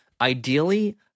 Ideally